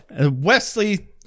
Wesley